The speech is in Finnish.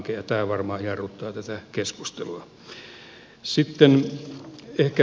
tämä varmaan jarruttaa tätä keskustelua